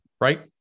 right